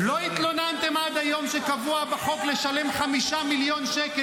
לא התלוננתם עד היום שקבוע בחוק לשלם 5 מיליון שקל,